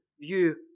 view